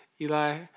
Eli